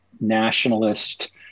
nationalist